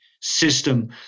system